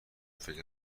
فکری